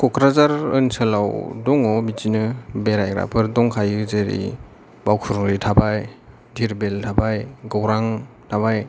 कक्राझार ओनसोलाव दङ बिदिनो बेरायग्राफोर दंखायो जेरै बावखुंग्रि थाबाय दिरबिल थाबाय गौरां थाबाय